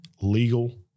legal